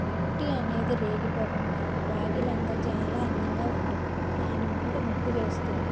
మట్టి అనేది రేగిపోకుండా వాకిలి అంతా చాలా అందంగా ఉంటుంది దాని మీద ముగ్గు వేస్తే